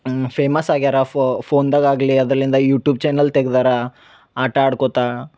famous ಆಗ್ಯಾರ ಫೋನ್ದಾಗ ಆಗಲಿ ಅದರಿಂದ ಯೂಟೂಬ್ ಚಾನಲ್ ತೆಗೆದಾರ ಆಟ ಆಡ್ಕೊತಾ